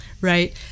right